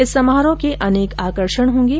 इस समारोह के अनेक आकर्षण होंगे